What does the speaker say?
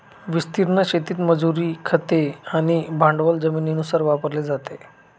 विस्तीर्ण शेतीत मजुरी, खते आणि भांडवल जमिनीनुसार वापरले जाते